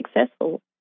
successful